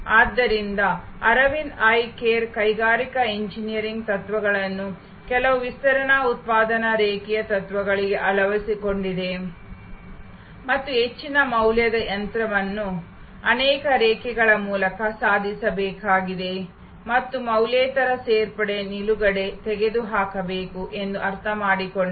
ಆದ್ದರಿಂದ Aravind eye care ಕೈಗಾರಿಕಾ engineering ತತ್ವಗಳನ್ನು ಕೆಲವು ವಿಸ್ತರಣಾ ಉತ್ಪಾದನಾ ರೇಖೆಯ ತತ್ವಗಳಿಗೆ ಅಳವಡಿಸಿಕೊಂಡಿದೆ ಮತ್ತು ಹೆಚ್ಚಿನ ಮೌಲ್ಯದ ಯಂತ್ರವನ್ನು ಅನೇಕ ರೇಖೆಗಳ ಮೂಲಕ ಸಾಧಿಸಬೇಕಾಗಿದೆ ಮತ್ತು ಮೌಲ್ಯೇತರ ಸೇರ್ಪಡೆ ನಿಲುಗಡೆ ತೆಗೆದುಹಾಕಬೇಕು ಎಂದು ಅರ್ಥಮಾಡಿಕೊಂಡರು